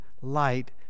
light